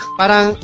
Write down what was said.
parang